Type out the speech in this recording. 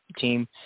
team